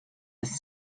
his